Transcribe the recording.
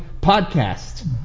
podcast